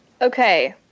Okay